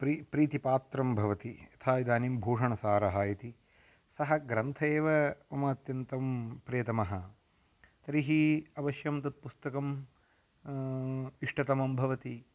प्रीतिः प्रीतिपात्रं भवति यथा इदानीं भूषणसारः इति सः ग्रन्थ एव मम अत्यन्तं प्रियतमः तर्हि अवश्यं तत् पुस्तकम् इष्टतमं भवति